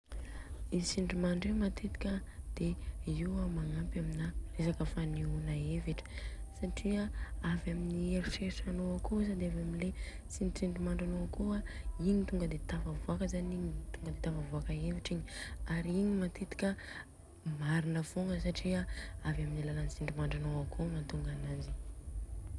I Tsindrimandry io matetika an de Io an matetika an magnampy amina fanehona hevitra, satria avy amin'ny eritrertra anô akô de avy amle tsindritsindry mandrinô ako a, Igny tonga de tafavoaka zany Igny Tonga de tafavoaka evitra Igny.. ary ign matetika marina fogna satria avy amin'ny alalan'ny tsindrimandrinô akô matonga ananjy.